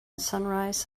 sunrise